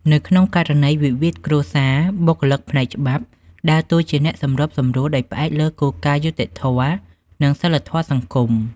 នៅក្នុងករណីវិវាទគ្រួសារ បុគ្គលិកផ្នែកច្បាប់ដើរតួជាអ្នកសម្របសម្រួលដោយផ្អែកលើគោលការណ៍យុត្តិធម៌ និងសីលធម៌សង្គម។